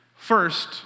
First